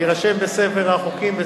והוא יירשם בספר החוקים.